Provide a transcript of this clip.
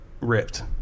ripped